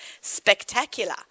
spectacular